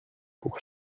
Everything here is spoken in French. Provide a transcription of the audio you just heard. pour